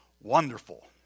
Wonderful